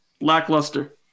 lackluster